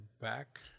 back